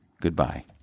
Goodbye